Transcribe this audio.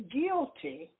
guilty